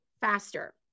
faster